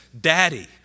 daddy